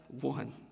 one